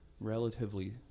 Relatively